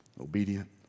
obedient